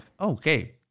okay